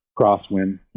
crosswind